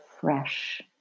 fresh